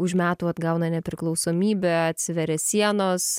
už metų atgauna nepriklausomybę atsiveria sienos